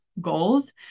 goals